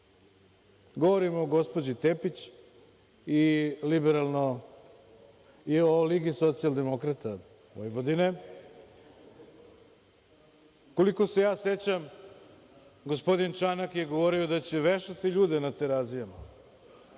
Srbije. Govorim o gospođi Tepić i Ligi Socijaldemokrata Vojvodine. Koliko se ja sećam gospodin Čanak je govorio da će vešati ljude na Terazijama.